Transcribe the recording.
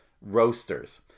Roasters